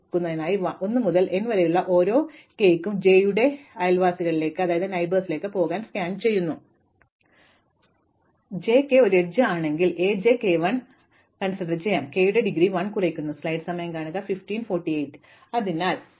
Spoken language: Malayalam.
അതിനാൽ 1 മുതൽ n വരെയുള്ള ഓരോ k യ്ക്കും j യുടെ അയൽവാസികളിലേക്ക് പോകുന്നത് സ്കാൻ ചെയ്യുന്നു j k ഒരു എഡ്ജ് ആണെങ്കിൽ A j k 1 ആണെങ്കിൽ നമ്മൾ k ന്റെ ഡിഗ്രി 1 കുറയ്ക്കുന്നു